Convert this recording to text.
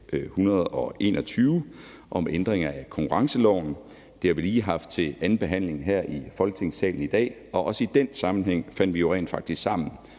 121 om ændring af konkurrenceloven. Det har vi lige haft til anden behandling her i Folketingssalen i dag, og også i den sammenhæng fandt vi jo rent faktisk sammen